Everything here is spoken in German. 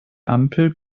ampel